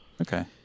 Okay